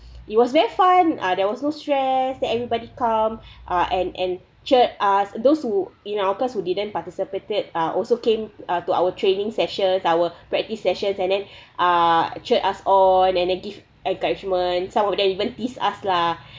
it was very fun uh there was no stress than everybody come uh and and cheered us those who in our class who didn't participated uh also came uh to our training session our practice sessions and then cheered us on and then give encouragement some of them even tease us lah